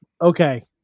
Okay